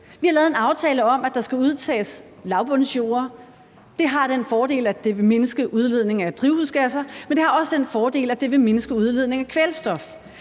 Vi har lavet en aftale om, at der skal udtages lavbundsjorde. Det har den fordel, at det vil mindske udledningen af drivhusgasser, men det har også den fordel, at det vil mindske udledningen af kvælstof.